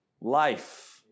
life